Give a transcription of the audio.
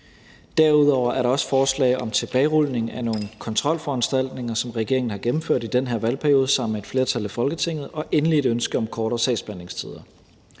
Derudover er der også forslag om tilbagerulning af nogle kontrolforanstaltninger, som regeringen har gennemført i den her valgperiode sammen med et flertal i Folketinget. Og endelig er der et ønske om kortere sagsbehandlingstider.